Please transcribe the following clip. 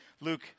Luke